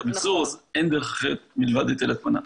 המיחזור אז אין דרך אחרת מלבד היטל ההטמנה.